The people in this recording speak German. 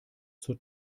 zur